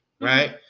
right